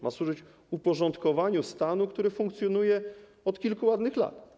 Ma służyć uporządkowaniu stanu, który funkcjonuje od kilku ładnych lat.